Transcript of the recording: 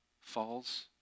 falls